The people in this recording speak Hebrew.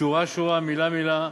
שורה-שורה, מילה-מילה.